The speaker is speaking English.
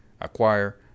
acquire